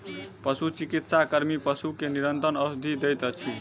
पशुचिकित्सा कर्मी पशु के निरंतर औषधि दैत अछि